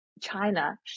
China